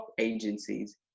agencies